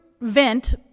Vent